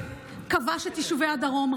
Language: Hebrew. כבש את יישובי הדרום,